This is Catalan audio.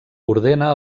ordena